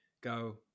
go